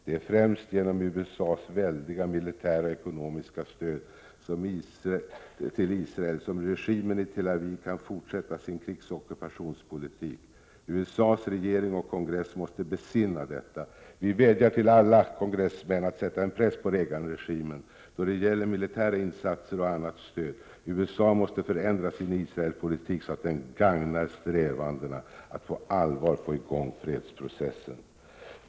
Det är främst genom USA:s väldiga militära och ekonomiska stöd till Israel som regimen i Tel Aviv kan fortsätta sin krigsoch ockupationspolitik. USA:s regering och kongress måste besinna detta. Vi vädjar till alla kongressmän att sätta en press på Reaganregimen då det gäller militära insatser och annat stöd till Israel. USA måste förändra sin Israelpolitik, så att den gagnar strävandena att på allvar få i gång fredsprocessen.